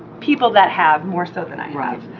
people that have, more so than i have.